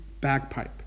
bagpipe